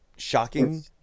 Shocking